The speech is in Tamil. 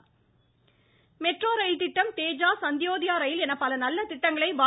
தமிழிசை மெட்ரோ ரயில் திட்டம் தேஜாஸ் அந்தியோதயா ரயில் என பல நல்ல திட்டங்களை பா